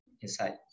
inside